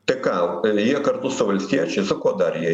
tai ką jie kartu su valstiečiais su kuo dar jie